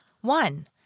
one